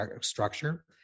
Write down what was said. structure